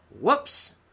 Whoops